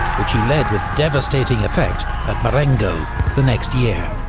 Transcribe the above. which he led with devastating effect at marengo the next year.